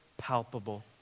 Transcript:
palpable